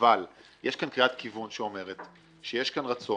אבל יש כאן קריאת כיוון שאומרת שיש כאן רצון